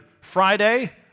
Friday